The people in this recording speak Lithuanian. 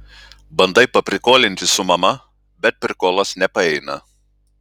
bandai paprikolinti su mama bet prikolas nepaeina